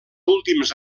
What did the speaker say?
últims